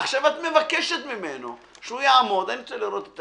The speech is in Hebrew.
עכשיו את מבקשת ממנו שהוא יעמוד - זה